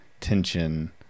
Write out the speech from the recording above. tension